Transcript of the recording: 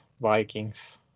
Vikings